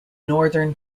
northern